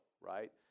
right